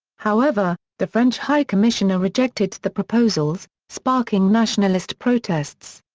however, the french high commissioner rejected the proposals, sparking nationalist protests.